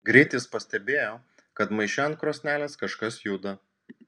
greit jis pastebėjo kad maiše ant krosnelės kažkas juda